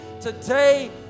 today